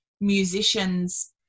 musicians